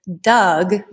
Doug